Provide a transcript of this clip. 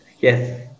Yes